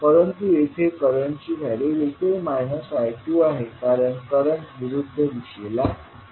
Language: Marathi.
परंतु येथे करंटची व्हॅल्यू देखील I2 आहे कारण करंट विरुद्ध दिशेला आहे